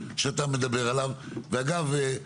שאתה רואה זוג הורים שעכשיו שמעו שהילד בן ה-14 נרצח,